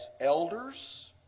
elders